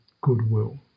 goodwill